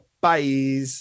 Bye